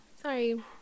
Sorry